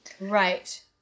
Right